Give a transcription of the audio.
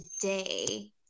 today